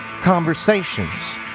conversations